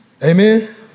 Amen